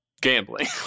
gambling